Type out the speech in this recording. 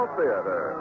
Theater